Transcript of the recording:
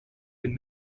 den